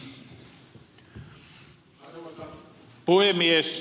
arvoisa puhemies